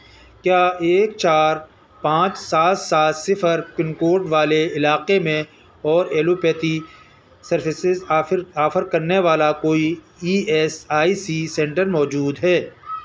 کیا ایک چار پانچ سات سات صفر پن کوڈ والے علاقے میں اور ایلوپیتھی سروسز آفر آفر کرنے والا کوئی E S I C centre موجود ہے